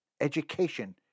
education